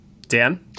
Dan